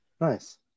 Nice